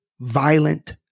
violent